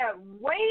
wait